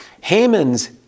Haman's